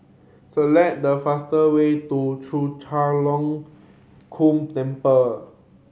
select the fastest way to Chek Chai Long Chuen Temple